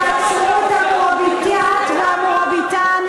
שעצרו את ה"מוראביטאת" וה"מוראביטון",